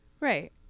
right